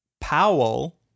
Powell